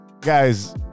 Guys